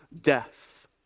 death